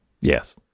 yes